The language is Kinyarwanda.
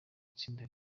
itsinda